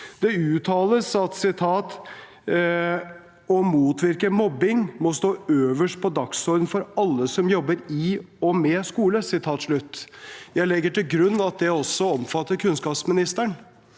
Det uttales at «å motvirke mobbing må stå øverst på dagsordenen for alle som jobber i og med skole». Jeg legger til grunn at det også omfatter kunnskapsministeren.